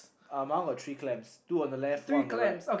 uh my one got three clams two on the left one on the right